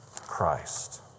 Christ